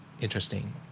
Interesting